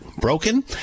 broken